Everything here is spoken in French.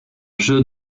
jeu